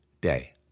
day